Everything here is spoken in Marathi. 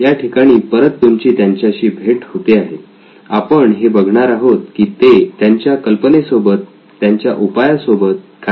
या ठिकाणी परत तुमची त्यांच्याशी भेट होते आहे आपण हे बघणार आहोत की ते त्यांच्या कल्पनेसोबत त्यांच्या उपाया सोबत काय करणार आहेत